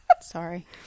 Sorry